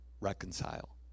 reconcile